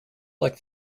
like